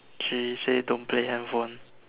she say don't play handphone